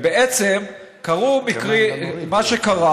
מה שקרה